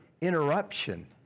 interruption